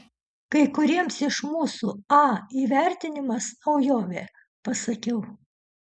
kai kuriems iš mūsų a įvertinimas naujovė pasakiau